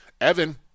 Evan